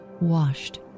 washed